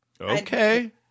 Okay